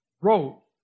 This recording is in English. wrote